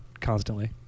constantly